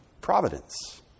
providence